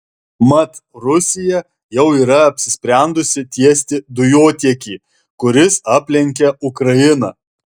mat rusija jau yra apsisprendusi tiesti dujotiekį kuris aplenkia ukrainą